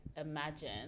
imagine